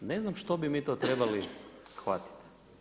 Ne znam što bi mi to trebali shvatiti.